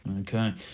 Okay